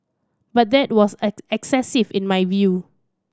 but that was excessive in my view